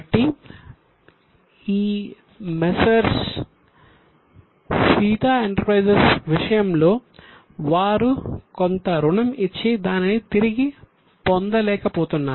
కాబట్టి ఈ messrs Seetha enterprises విషయంలో వారు కొంత రుణం ఇచ్చి తిరిగి దానిని పొందలేకపోతున్నారు